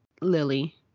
Lily